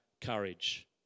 courage